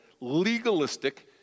legalistic